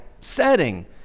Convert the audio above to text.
setting